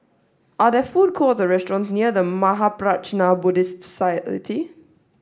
are there food courts or restaurants near The Mahaprajna Buddhist Society